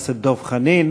חנין.